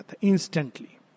instantly